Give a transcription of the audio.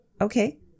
okay